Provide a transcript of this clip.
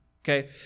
Okay